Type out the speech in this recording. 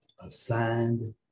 Assigned